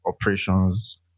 operations